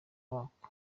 wako